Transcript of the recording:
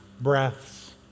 breaths